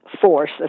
force